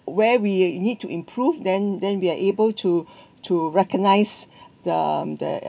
where we need to improve then then we are able to to recognise the the